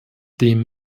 dem